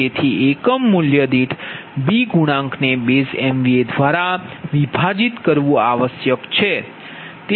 તેથીએકમ મૂલ્ય દીઠ B ગુણાંકને બેઝ એમવીએ દ્વારા વિભાજિત કરવુ આવશ્યક છે